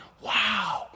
wow